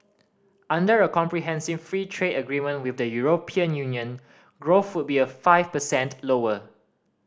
under a comprehensive free trade agreement with the European Union growth would be five percent lower